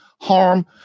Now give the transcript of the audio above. harm